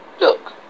look